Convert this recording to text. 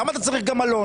למה אתה צריך גם מלון?